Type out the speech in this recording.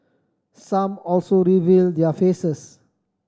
some also reveal their faces